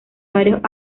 varios